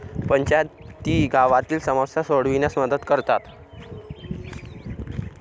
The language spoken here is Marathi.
पंचायती गावातील समस्या सोडविण्यास मदत करतात